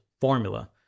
formula